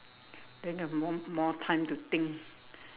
then I have more more time to think